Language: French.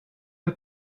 peu